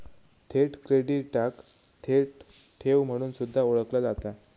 थेट क्रेडिटाक थेट ठेव म्हणून सुद्धा ओळखला जाता